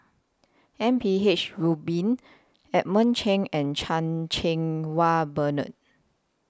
M P H Rubin Edmund Cheng and Chan Cheng Wah Bernard